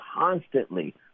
constantly